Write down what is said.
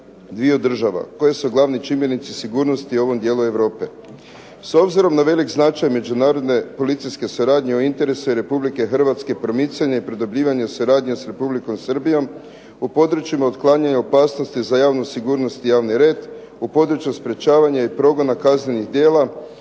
dviju država koje su glavni čimbenici sigurnosti u ovom dijelu Europe. S obzirom na velik značaj međunarodne policijske suradnje od interesa je Republike Hrvatske promicanje i produbljivanje suradnje s Republikom Srbijom u područjima otklanjanja opasnosti za javnu sigurnost i javni red, u području sprečavanja i progona kaznenih djela